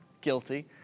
guilty